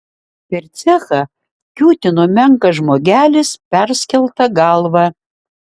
per cechą kiūtino menkas žmogelis perskelta galva